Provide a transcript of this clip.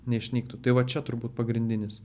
neišnyktų tai va čia turbūt pagrindinis